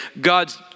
God's